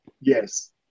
Yes